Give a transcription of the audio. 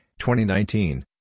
2019